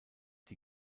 die